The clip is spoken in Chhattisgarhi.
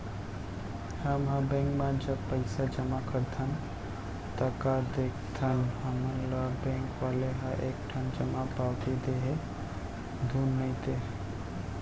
हमन ह बेंक म जब पइसा जमा करथन ता का देखथन हमन ल बेंक वाले ह एक ठन जमा पावती दे हे धुन नइ ते